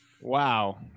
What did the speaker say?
Wow